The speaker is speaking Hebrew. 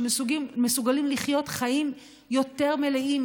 שמסוגלים לחיות חיים יותר מלאים,